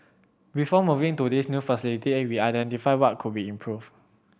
before moving to this new facility we identified what could be improved